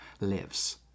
lives